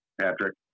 Patrick